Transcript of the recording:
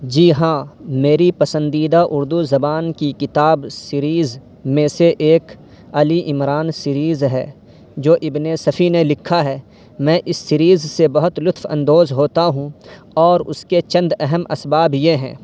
جی ہاں میری پسندیدہ اردو زبان کی کتاب سیریز میں سے ایک علی عمران سیریز ہے جو ابنِ صفی نے لکھا ہے میں اس سیریز سے بہت لطف اندوز ہوتا ہوں اور اس کے چند اہم اسباب یہ ہیں